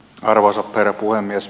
arvoisa herra puhemies